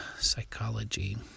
psychology